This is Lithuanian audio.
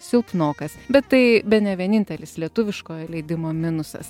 silpnokas bet tai bene vienintelis lietuviškojo leidimo minusas